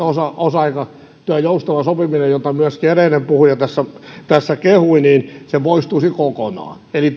osa osa aikatyön joustava sopiminen jota myöskin edellinen puhuja tässä tässä kehui poistuisi kokonaan eli